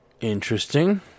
Interesting